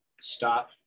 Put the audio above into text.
stop